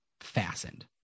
fastened